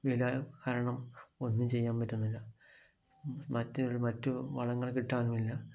വില കാരണം ഒന്നും ചെയ്യാൻ പറ്റുന്നില്ല മറ്റു മറ്റു വളങ്ങൾ കിട്ടാനും ഇല്ല